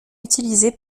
utilisé